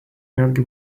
netgi